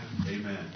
Amen